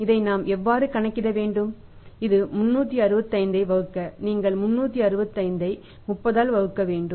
இதை நாம் எவ்வாறு கணக்கிட வேண்டும் இது 365 ஐ வகுக்க நீங்கள்365 ஐ 30 ஆல் வகுக்க வேண்டும்